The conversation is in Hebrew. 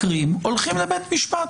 הולכים לבית המשפט,